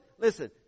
Listen